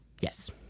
yes